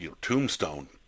Tombstone